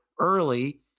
early